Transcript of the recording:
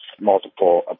multiple